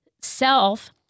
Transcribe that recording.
self